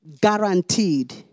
guaranteed